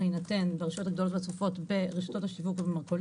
להינתן ברשויות הגדולות והצפופות ברשתות השיווק ובמרכולים.